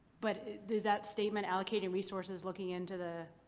but does that statement allocate and resources looking into the.